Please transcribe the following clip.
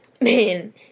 Man